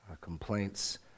complaints